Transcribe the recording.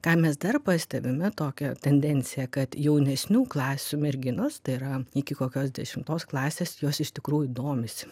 ką mes dar pastebime tokią tendenciją kad jaunesnių klasių merginos tai yra iki kokios dešimtos klasės jos iš tikrųjų domisi